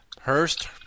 Hurst